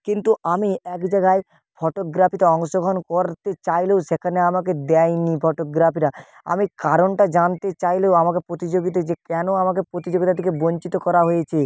কিন্তু আমি এক জায়গায় ফটোগ্রাফিতে অংশগ্রহণ করতে চাইলেও সেখানে আমাকে দেয়নি ফটোগ্রাফিরা আমি কারণটা জানতে চাইলেও আমাকে প্রতিযোগিতায় যে কেন আমাকে প্রতিযোগিতা থেকে বঞ্চিত করা হয়েছে